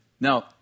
Now